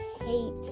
hate